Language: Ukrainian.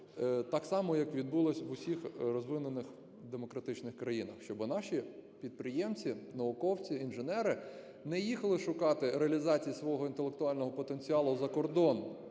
так само, як відбулось в розвинених демократичних країнах, щоби наші підприємці, науковці, інженери не їхали шукати реалізації свого інтелектуального потенціалу за кордон.